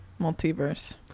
multiverse